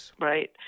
right